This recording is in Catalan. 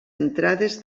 entrades